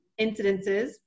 incidences